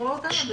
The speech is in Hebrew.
לקרוא אותם?